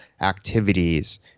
activities